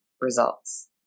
results